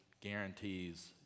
guarantees